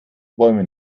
bäumen